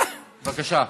בבקשה.